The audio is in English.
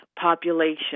population